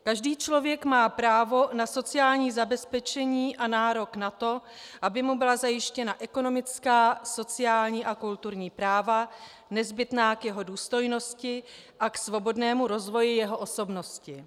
Každý člověk má právo na sociální zabezpečení a nárok na to, aby mu byla zajištěna ekonomická, sociální a kulturní práva nezbytná k jeho důstojnosti a k svobodnému rozvoji jeho osobnosti.